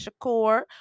Shakur